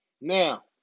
Now